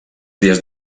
dies